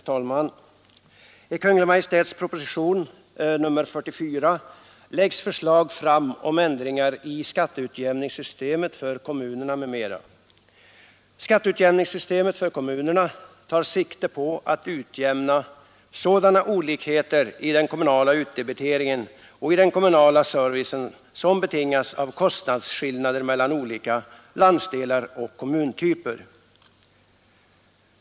Herr talman! I Kungl. Maj:ts proposition nr 44 läggs förslag fram om ändringar i skatteutjämningssystemet för kommunerna m.m. Skatteutjämningssystemet för kommunerna tar sikte på att utjämna sådana olikheter i den kommunala utdebiteringen och i den kommunala servicen som betingas av kostnadsskillnader mellan olika landsdelar och kommuntyper.